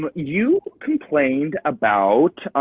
but you complained about,